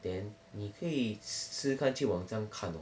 then 你可以试试看去网站看